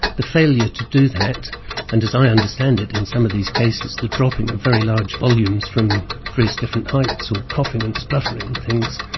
the failure to do that and as i understand it in some of these cases, the dropping of very large volumes from various different heights of coughing and spluttering and things,